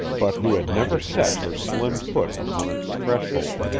but who had never set her slim foot upon its threshold.